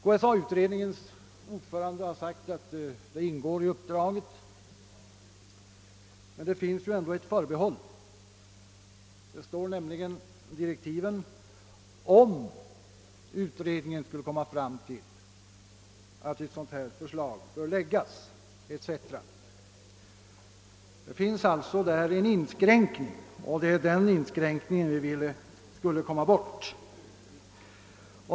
KSA-utredningens ordförande har sagt att detta ingår i uppdraget, men det finns ju ett förbehåll, nämligen om utredningen skulle komma fram till att ett sådant förslag bör läggas. Där finns alltså en inskränkning, och det är den inskränkningen vi vill få bort.